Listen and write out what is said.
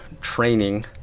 training